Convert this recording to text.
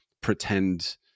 pretend